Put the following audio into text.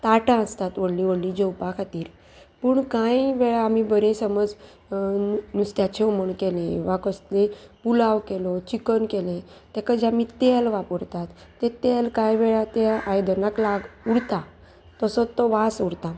ताटां आसतात व्हडलीं व्हडलीं जेवपा खातीर पूण कांय वेळार आमी बरें समज नुस्त्याचें हुमण केलें वा कसलें पुलाव केलो चिकन केलें तेका जें आमी तेल वापरतात तें तेल कांय वेळार ते आयदनांक लाग उरता तसोच तो वास उरता